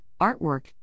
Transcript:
artwork